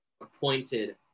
appointed